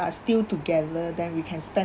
are still together then we can spend